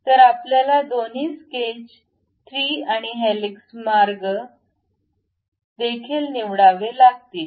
तर आपल्याला दोन्ही स्केच 3 आणि हेलिक्स मार्ग देखील निवडावे लागतील